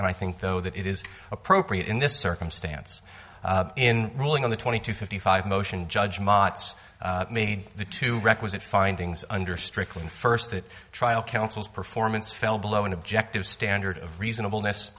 and i think though that it is appropriate in this circumstance in ruling on the twenty to fifty five motion judge mots made the two requisite findings under strickland first that trial counsel's performance fell below an objective standard of reasonable ness